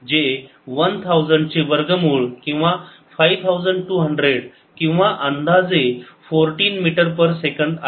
05 जे 1000 चे वर्गमूळ किंवा 5200 किंवा अंदाजे 14 मीटर पर सेकंड आहे